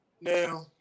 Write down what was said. Now